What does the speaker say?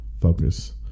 focus